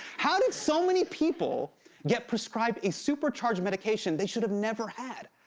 how did so many people get prescribed a supercharged medication they should have never had?